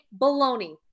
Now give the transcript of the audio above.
baloney